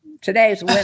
Today's